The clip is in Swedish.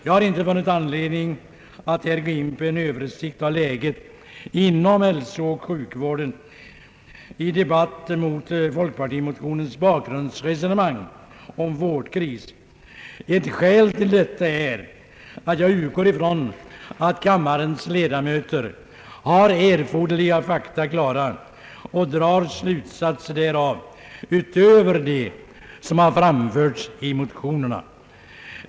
Jag har inte funnit anledning att här gå in på en översikt av läget inom hälsooch sjukvården i debatt mot folkpartimotionernas bakgrundsresonemang om vårdkris. Ett skäl till detta är att jag utgår ifrån att kammarens ledamöter har erforderliga fakta klara för sig och att de drar slutsatser därav utöver det som framförts i motionerna.